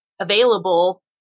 available